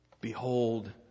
Behold